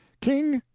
king,